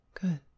Good